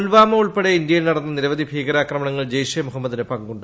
പുൽവാമ ഉൾപ്പെടെ ഇന്ത്യയിൽ നടന്ന നിരവധി ഭീകരാക്രമണങ്ങളിൽ ജയ്ഷെ മുഹമ്മദിന് പങ്കുണ്ട്